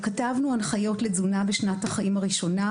כתבנו הנחיות לתזונה בשנת החיים הראשונה,